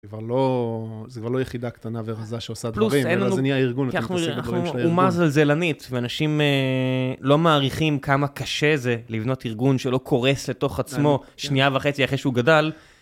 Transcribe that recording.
זה כבר לא יחידה קטנה ורזה שעושה דברים, אלא זה נהיה ארגון, והוא מצעסק דברים של הארגון. כי אנחנו אומה זלזלנית, ואנשים לא מעריכים כמה קשה זה לבנות ארגון שלא קורס לתוך עצמו שנייה וחצי אחרי שהוא גדל.